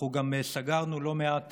אנחנו גם סגרנו לא מעט